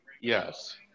yes